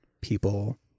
people